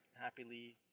Happily